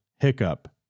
hiccup